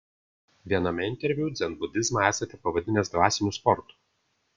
viename interviu dzenbudizmą esate pavadinęs dvasiniu sportu